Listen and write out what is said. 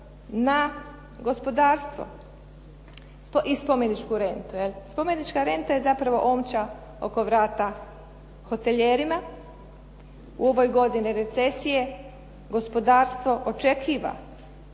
na gospodarstvo i spomeničku rentu. Spomenička renta je zapravo omča oko vrata hotelijerima, u ovoj godini recesije gospodarstvo očekuje